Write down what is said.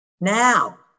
now